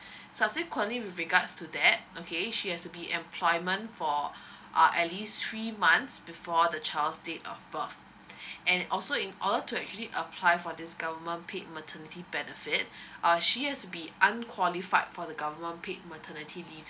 subsequently with regards to that okay she has to be employment for uh at least three months before the child date of birth and also in order to actually apply for this government paid maternity benefit uh she has to be unqualified for the government paid maternity leave